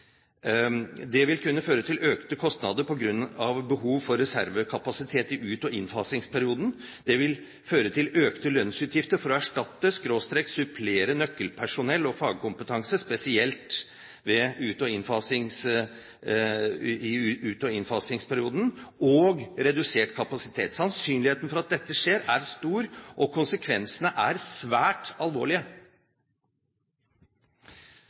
Det vil kunne føre til økte kostnader på grunn av behov for reservekapasitet i ut- og innfasingsperioden. Det vil føre til økte lønnsutgifter for å erstatte/supplere nøkkelpersonell og fagkompetanse, spesielt i ut- og innfasingsperioden og redusert kapasitet. Sannsynligheten for at dette skjer, er stor, og konsekvensene er svært alvorlige.